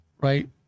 right